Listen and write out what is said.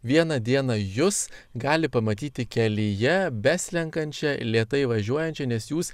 vieną dieną jus gali pamatyti kelyje beslenkančią lėtai važiuojančią nes jūs